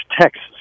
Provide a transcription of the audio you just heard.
Texas